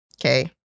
Okay